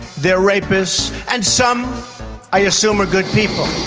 they are rapists, and some i assume are good people.